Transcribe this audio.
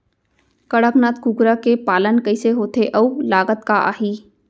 कड़कनाथ कुकरा के पालन कइसे होथे अऊ लागत का आही?